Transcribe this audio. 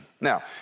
Now